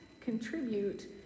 contribute